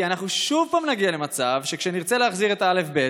כי אנחנו שוב נגיע למצב שכשנרצה להחזיר את א'-ב',